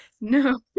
no